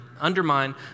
undermine